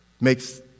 makes